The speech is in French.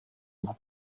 vous